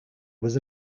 was